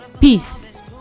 peace